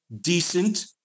decent